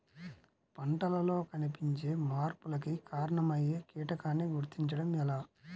పంటలలో కనిపించే మార్పులకు కారణమయ్యే కీటకాన్ని గుర్తుంచటం ఎలా?